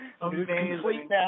Amazing